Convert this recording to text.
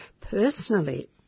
personally